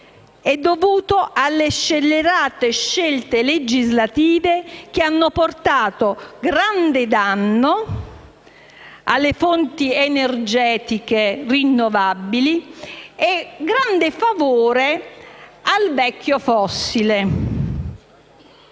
è dovuto anche alle scellerate scelte legislative che hanno causato grande danno alle fonti energetiche rinnovabili e grande favore al vecchio fossile.